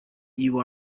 you